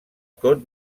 côte